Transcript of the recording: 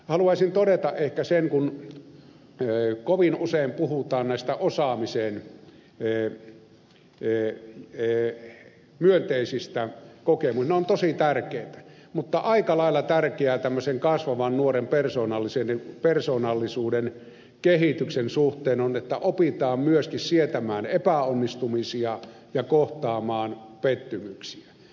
haluaisin todeta ehkä sen kun kovin usein puhutaan näistä osaamisen myönteisistä kokemuksista että ne ovat tosi tärkeitä mutta aika lailla tärkeää tämmöisen kasvavan nuoren persoonallisuuden kehityksen suhteen on että opitaan myöskin sietämään epäonnistumisia ja kohtaamaan pettymyksiä